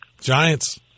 Giants